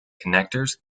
connectors